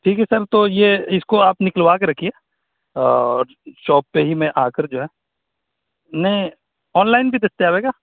ٹھیک ہے سر تو یہ اس کو آپ نکلوا کے رکھیے اور شاپ پہ ہی میں آ کر جو ہے نہیں آنلائن بھی دستیاب ہے کیا